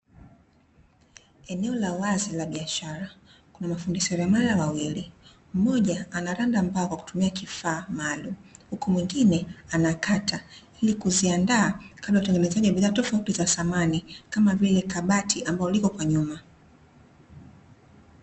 Eneo la wazi la biashara, kuna mafundi selemala wawili, mmoja anaranda mbao kwa kutumia kifaa maalumu, huku mwingine anakata ili kuziandaa kabla utengenezaji wa bidhaa tofauti za samani, kama vile kabati ambalo liko kwa nyuma.